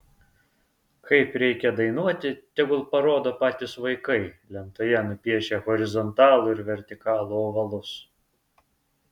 kaip reikia dainuoti tegul parodo patys vaikai lentoje nupiešę horizontalų ir vertikalų ovalus